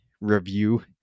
review